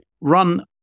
run